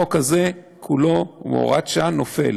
החוק הזה כולו הוא הוראת שעה, והוא נופל.